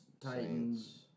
Titans